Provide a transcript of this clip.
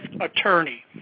Attorney